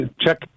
check